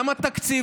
גם התקציב,